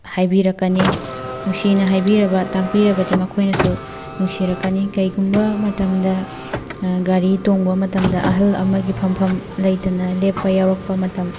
ꯍꯥꯏꯕꯤꯔꯛꯀꯅꯤ ꯅꯨꯡꯁꯤꯅ ꯍꯥꯏꯕꯤꯔꯕ ꯇꯥꯛꯄꯤꯔꯕꯗꯤ ꯃꯈꯣꯏꯅꯁꯨ ꯅꯨꯡꯁꯤꯔꯛꯀꯅꯤ ꯀꯩꯒꯨꯝꯕ ꯃꯇꯝꯗ ꯒꯥꯔꯤ ꯇꯣꯡꯕ ꯃꯇꯝꯗ ꯑꯍꯜ ꯑꯃꯒꯤ ꯐꯝꯐꯝ ꯂꯩꯇꯅ ꯂꯦꯞꯄ ꯌꯥꯎꯔꯛꯄ ꯃꯇꯝ